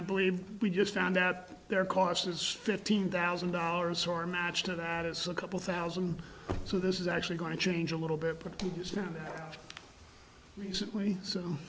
i believe we just found out their cost is fifteen thousand dollars or match to that it's a couple thousand so this is actually going to change a little bit but it's not recently s